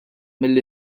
mill